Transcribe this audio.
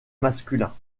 masculin